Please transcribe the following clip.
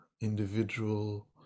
individual